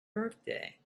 birthday